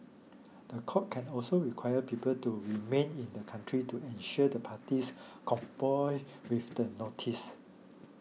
the court can also require people to remain in the country to ensure the parties comply with the notice